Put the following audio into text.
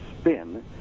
spin